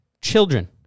children